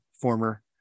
former